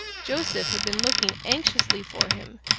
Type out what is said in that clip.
joseph had been looking anxiously for him,